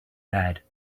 bad